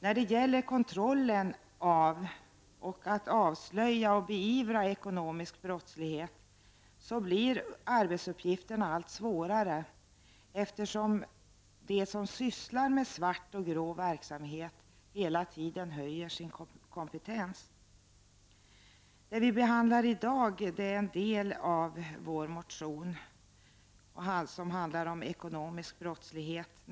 När det gäller kontrollen av ekonomisk brottslighet och att avslöja och beivra sådan blir arbetsuppgifterna allt svårare, eftersom de som sysslar med svart och grå verksamhet hela tiden höjer sin kompetens. Det vi behandlar i dag är en del av vår motion som handlar om ekonomisk brottslighet.